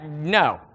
No